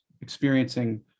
experiencing